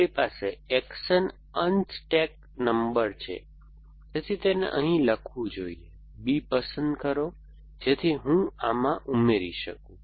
આપણી પાસે action unstack number છે તેથી તેને અહીં લખવું જોઈએ B પસંદ કરો જેથી હું આમાં ઉમેરી શકું